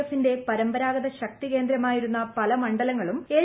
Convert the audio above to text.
എഫിന്റെ പരമ്പരാഗത ശക്തികേന്ദ്രമായിരുന്ന പല മണ്ഡലങ്ങളും എൽ